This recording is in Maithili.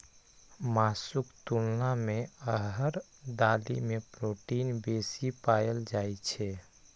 मासुक तुलना मे अरहर दालि मे प्रोटीन बेसी पाएल जाइ छै